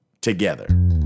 together